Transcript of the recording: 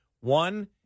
one